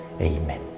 Amen